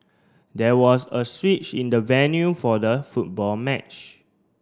there was a switch in the venue for the football match